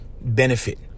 benefit